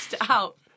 out